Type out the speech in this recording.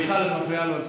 מיכל, את מפריעה לו לסכם.